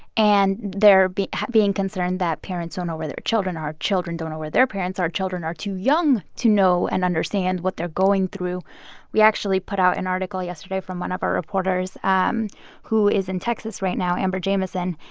and they're being being concerned that parents don't ah know where their children are. children don't know where their parents are. children are too young to know and understand what they're going through we actually put out an article yesterday from one of our reporters um who is in texas right now, amber jamieson.